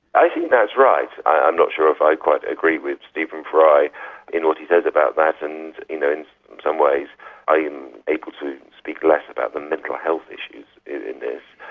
i think that's right. i'm not sure if i quite agree with stephen fry in what he says about that, and you know in some ways i am able to speak less about the mental health issues in in this,